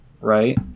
right